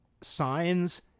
signs